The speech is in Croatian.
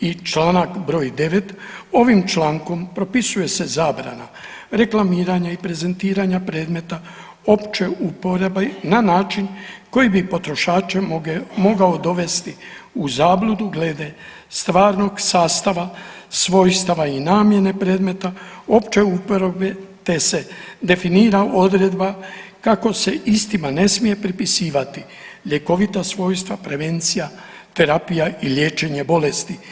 I članak broj 9. ovim člankom propisuje se zabrana reklamiranja i prezentiranja predmeta opće uporabe na način koji bi potrošače mogao dovesti u zabludu glede stvarnog sastava, svojstava i namjene predmeta opće uporabe, te se definira odredba kako se istima ne smije pripisivati ljekovita svojstva, prevencija, terapija i liječenje bolesti.